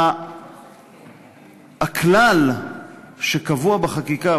הכלל שקבוע בחקיקה,